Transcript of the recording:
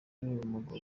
umugabo